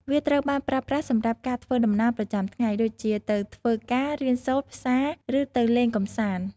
វាត្រូវបានប្រើប្រាស់សម្រាប់ការ ធ្វើដំណើរប្រចាំថ្ងៃ ដូចជាទៅធ្វើការ រៀនសូត្រ ផ្សារ ឬទៅលេងកម្សាន្ត ។